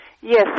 Yes